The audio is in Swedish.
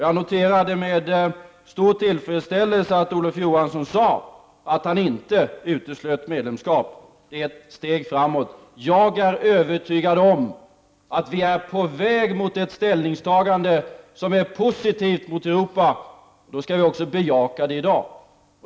Jag noterade med stor tillfredsställelse att Olof Johansson sade att han inte utesluter medlemskap. Det är ett steg framåt. Jag är övertygad om att vi är på väg mot ett ställningstagande som är positivt mot Europa. Det skall vi också bejaka i dag.